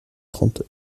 trente